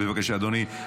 בבקשה, אדוני.